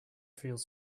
feels